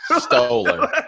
Stolen